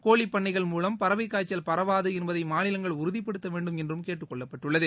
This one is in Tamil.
கோழிப்பண்ணைகள் மூலம் பறவை காய்ச்சல் பரவாது என்பதை மாநிலங்கள் உறுதிப்படுத்த வேண்டும் என்று கேட்டுக் கொள்ளப்பட்டுள்ளது